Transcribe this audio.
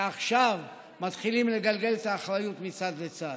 שעכשיו מתחילים לגלגל את האחריות מצד לצד.